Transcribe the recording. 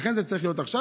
לכן זה צריך להיות עכשיו.